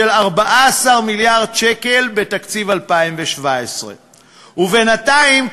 של 14 מיליארד שקל בתקציב 2017. ובינתיים,